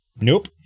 Nope